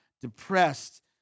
depressed